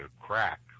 crack